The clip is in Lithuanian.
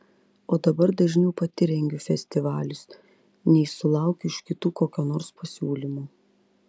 o dabar dažniau pati rengiu festivalius nei sulaukiu iš kitų kokio nors pasiūlymo